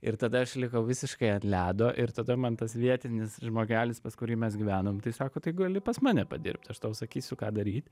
ir tada aš likau visiškai ant ledo ir tada man tas vietinis žmogelis pas kurį mes gyvenom tai sako tai gali pas mane padirbt aš tau sakysiu ką daryt